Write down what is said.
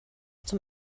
zum